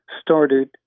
started